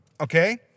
okay